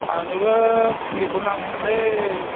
आंनोबो फुलिखौ नांगौमोनलै